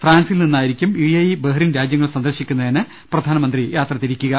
ഫ്രാൻസിൽ നിന്നായിരിക്കും U A E Bahrain രാജ്യങ്ങൾ സന്ദർശിക്കുന്നതിന് പ്രധാനമന്ത്രി യാത്ര തിരിക്കുക